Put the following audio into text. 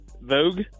Vogue